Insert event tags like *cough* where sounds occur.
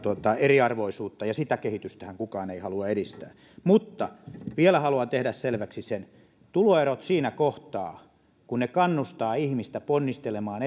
eriarvoisuutta ja sitä kehitystähän kukaan ei halua edistää mutta vielä haluan tehdä selväksi sen että tuloerot siinä kohtaa kun ne kannustavat ihmistä ponnistelemaan *unintelligible*